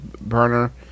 burner